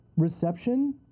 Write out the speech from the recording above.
Reception